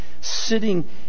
sitting